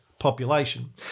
population